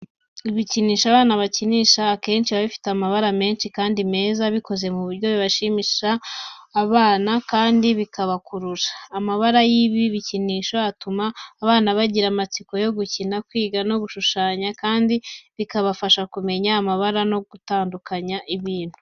Ibikinisho abana bakinisha akenshi biba bifite amabara menshi kandi meza, bikoze mu buryo bushimisha abana kandi bukabakurura. Amabara y'ibi bikinisho, atuma abana bagira amatsiko yo gukina, kwiga no gushushanya, kandi bikabafasha kumenya amabara no gutandukanya ibintu.